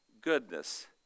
goodness